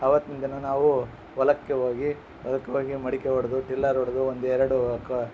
ಅವತ್ತಿಂದಿನ ನಾವು ಹೊಲಕ್ಕೆ ಹೋಗಿ ಹೊಲಕ್ ಹೋಗಿ ಮಡಿಕೆ ಒಡೆದು ಟಿಲ್ಲರ್ ಹೊಡ್ದು ಒಂದೆರಡು